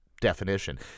definition